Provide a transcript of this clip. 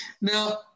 Now